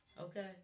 Okay